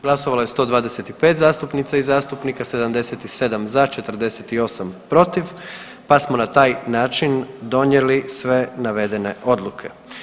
Glasovalo je 125 zastupnica i zastupnika, 77 za, 48 protiv, pa smo na taj način donijeli sve navedene odluke.